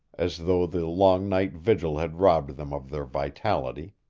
as though the long night vigil had robbed them of their vitality.